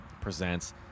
presents